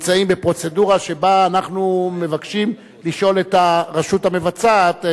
נמצאים פה בפרוצדורה שבה אנחנו מבקשים לשאול את הרשות המבצעת,